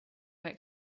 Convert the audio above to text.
work